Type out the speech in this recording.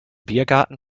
biergarten